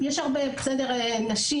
נשים,